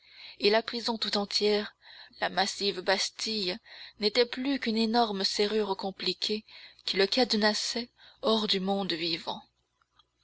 et la prison tout entière la massive bastille n'était plus qu'une énorme serrure compliquée qui le cadenassait hors du monde vivant